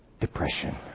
depression